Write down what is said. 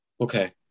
Okay